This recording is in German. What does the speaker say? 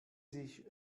sich